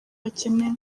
bakeneye